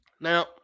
Now